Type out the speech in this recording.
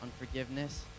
unforgiveness